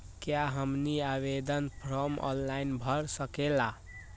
क्या हमनी आवेदन फॉर्म ऑनलाइन भर सकेला?